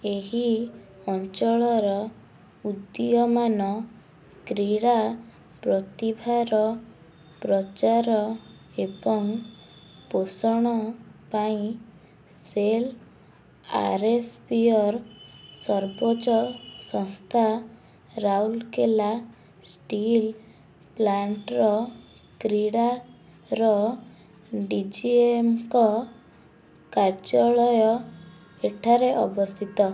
ଏହି ଅଞ୍ଚଳର ଉଦୀୟମାନ କ୍ରୀଡ଼ା ପ୍ରତିଭାର ପ୍ରଚାର ଏବଂ ପୋଷଣ ପାଇଁ ସେଲ୍ ଆର୍ ଏସ୍ ପିୟର୍ ସର୍ବୋଚ୍ଚ ସଂସ୍ଥା ରାଉରକେଲା ଷ୍ଟିଲ୍ ପ୍ଳାଣ୍ଟର କ୍ରୀଡ଼ାର ଡିଜିଏମ୍ଙ୍କ କାର୍ଯ୍ୟାଳୟ ଏଠାରେ ଅବସ୍ଥିତ